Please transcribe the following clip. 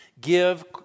give